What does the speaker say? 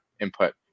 input